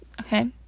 okay